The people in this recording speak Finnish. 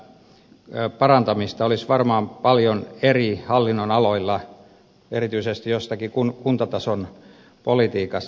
sanoisin että parantamista olisi varmaan paljon eri hallinnonaloilla erityisesti jossakin kuntatason politiikassa